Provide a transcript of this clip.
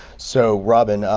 so robin,